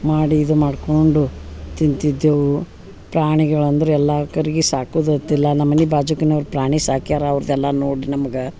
ಮಾಡಿ ಇದು ಮಾಡ್ಕೊಂಡು ತಿಂತಿದ್ದೆವು ಪ್ರಾಣಿಗಳು ಅಂದ್ರ ಎಲ್ಲ ಕರ್ಗಿ ಸಾಕುದ ಅತ್ತಿಲ್ಲ ನಮ್ಮ ಮನಿ ಬಾಜುಕನವ್ರ ಪ್ರಾಣಿ ಸಾಕ್ಯರ ಅವ್ರದ್ದೆಲ್ಲ ನೋಡಿ ನಮ್ಗ